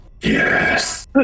yes